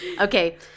Okay